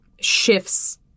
shifts